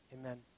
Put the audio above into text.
amen